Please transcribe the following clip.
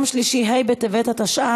28, אין מתנגדים,